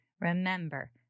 remember